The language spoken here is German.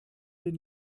den